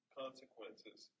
consequences